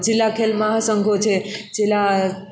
જિલ્લા ખેલ મહાસંઘો છે જિલ્લા